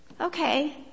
Okay